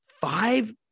five